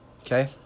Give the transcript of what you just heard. okay